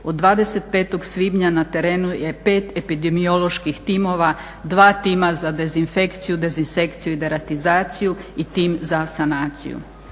Od 25. svibnja na terenu je pet epidemioloških timova, dva tima za dezinfekciju, dezinsekciju i deratizaciju i tim za sanaciju.